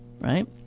right